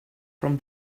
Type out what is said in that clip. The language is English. from